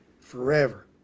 forever